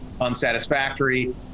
unsatisfactory